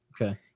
Okay